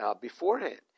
beforehand